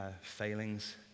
failings